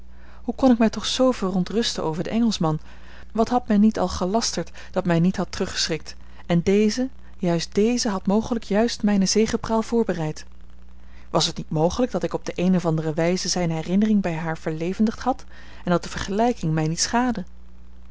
hoe kon ik mij toch zoo verontrusten over den engelschman wat had men niet al gelasterd dat mij niet had teruggeschrikt en deze juist deze had mogelijk juist mijne zegepraal voorbereid was het niet mogelijk dat ik op de eene of andere wijze zijne herinnering bij haar verlevendigd had en dat de vergelijking mij niet schaadde